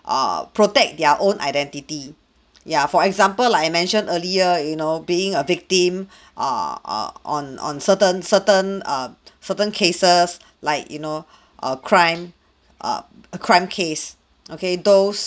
err protect their own identity ya for example like I mentioned earlier you know being a victim err on on certain certain err certain cases like you know a crime err a crime case okay those